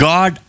God